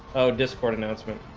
oh discord announcement.